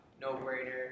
no-brainer